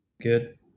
Good